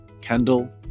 Kendall